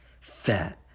fat